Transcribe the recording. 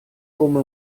come